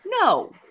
No